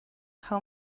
how